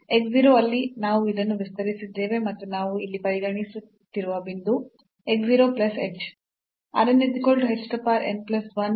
x 0 ಅಲ್ಲಿ ನಾವು ಇದನ್ನು ವಿಸ್ತರಿಸಿದ್ದೇವೆ ಮತ್ತು ನಾವು ಇಲ್ಲಿ ಪರಿಗಣಿಸುತ್ತಿರುವ ಬಿಂದು x 0 plus h